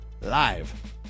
live